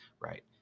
right